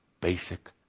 basic